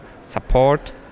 support